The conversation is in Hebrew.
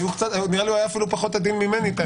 נראה לי שהוא היה אפילו פחות עדין ממני.